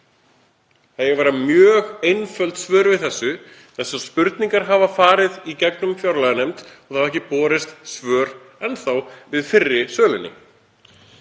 Það eiga að vera mjög einföld svör við þessu. Þessar spurningar hafa farið í gegnum fjárlaganefnd og það hafa ekki borist svör enn þá um fyrri söluna.